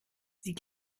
sie